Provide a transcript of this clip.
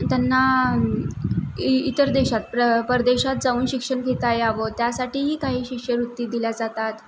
त्यांना इ इतर देशात परदेशात जाऊन शिक्षण घेता यावं त्यासाठीही काही शिष्यवृत्ती दिल्या जातात